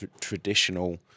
traditional